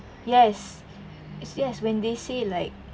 yes it's yes when they say like